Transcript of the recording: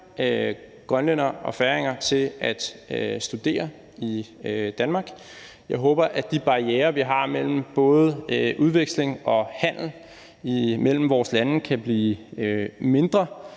grønlændere og færinger til at studere i Danmark, og jeg håber, at de barrierer, vi har mellem både udveksling og handel mellem vores lande, kan blive mindre,